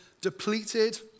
depleted